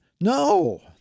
No